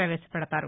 ప్రవేశపెదతారు